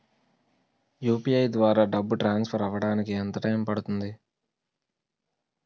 UPI ద్వారా డబ్బు transfer అవ్వడానికి ఎంత టైం పడుతుంది?